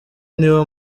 niba